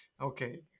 Okay